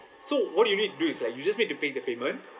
so what do you need to do is like you just need to pay the payment